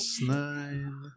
nine